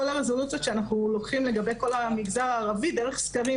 הרזולוציות שאנחנו לוקחים לגבי כל המגזר הערבי דרך סקרים,